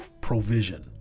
provision